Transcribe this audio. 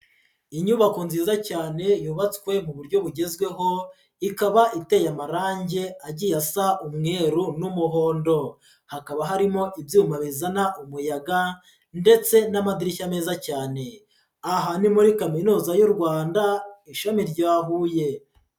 Inyubako nziza cyane yubatswe mu buryo bugezweho, ikaba iteye amarangi agiye asa umweru n'umuhondo, hakaba harimo ibyuma bizana umuyaga ndetse n'amadirishya meza cyane. Aha ni muri Kaminuza y'u Rwanda, ishami rya Huye.